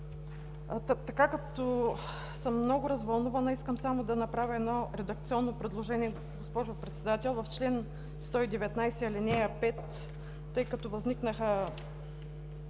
Тъй като съм много развълнувана, искам да направя едно редакционно предложение, госпожо Председател; в чл. 119, ал. 5, тъй като възникнаха